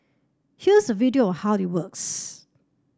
here's a video of how it works